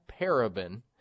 paraben